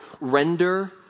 render